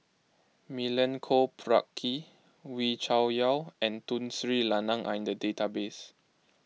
Milenko Prvacki Wee Cho Yaw and Tun Sri Lanang are in the database